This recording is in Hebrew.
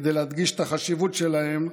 כדי להדגיש את החשיבות שלהם,